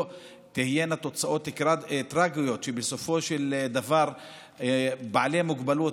תהיינה תוצאות טרגיות שבסופו של דבר בעלי מוגבלות,